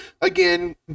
again